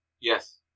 Yes